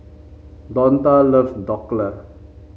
Donta loves Dhokla